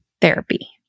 therapy